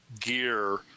gear